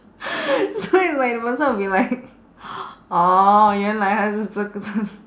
so it's like the person will be like orh 原来他是这个这